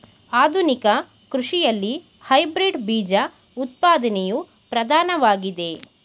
ಆಧುನಿಕ ಕೃಷಿಯಲ್ಲಿ ಹೈಬ್ರಿಡ್ ಬೀಜ ಉತ್ಪಾದನೆಯು ಪ್ರಧಾನವಾಗಿದೆ